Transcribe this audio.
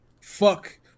fuck